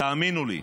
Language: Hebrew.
תאמינו לי.